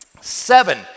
Seven